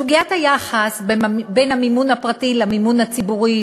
סוגיית היחס בין המימון הפרטי למימון הציבורי,